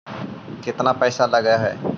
केतना पैसा लगय है?